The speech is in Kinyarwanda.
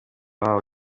wabo